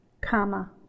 comma